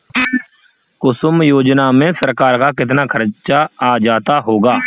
कुसुम योजना में सरकार का कितना खर्चा आ जाता होगा